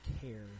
care